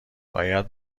باید